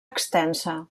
extensa